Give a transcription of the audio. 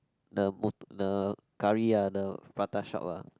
the the curry ah the prata shop ah